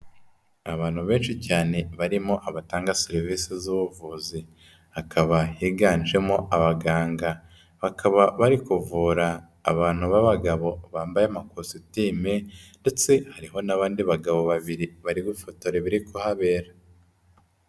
Abantu benshi cyane barimo abatanga serivise z'ubuvuzi, hakaba higanjemo abagangaba, bakaba bari kuvura abantu b'abagabo bambaye amakositime ndetse hariho n'abandi bagabo babiri bari gufotora ibiri kuhabera.